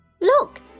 Look